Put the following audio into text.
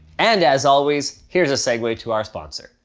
and as always, here's a segue to our sponsor.